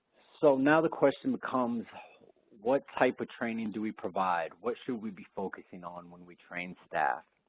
so now the question becomes what type of training do we provide? what should we be focusing on when we train staff?